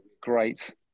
great